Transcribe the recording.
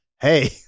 hey